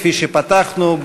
כפי שפתחנו,